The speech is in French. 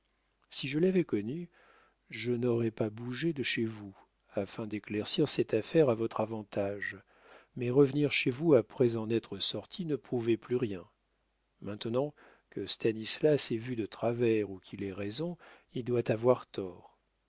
si je l'avais connue je n'aurais pas bougé de chez vous afin d'éclaircir cette affaire à votre avantage mais revenir chez vous après en être sorti ne prouvait plus rien maintenant que stanislas ait vu de travers ou qu'il ait raison il doit avoir tort